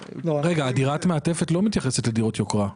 רגע, דירת מעטפת לא מתייחסת לדירות יוקרה.